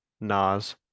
Nas